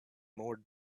more